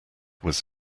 was